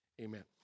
Amen